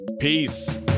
Peace